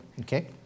Okay